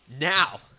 Now